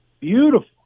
Beautiful